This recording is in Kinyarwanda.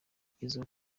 bigezweho